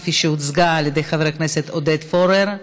כפי שהוצגה על ידי חבר הכנסת עודד פורר.